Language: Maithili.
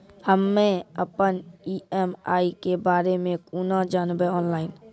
हम्मे अपन ई.एम.आई के बारे मे कूना जानबै, ऑनलाइन?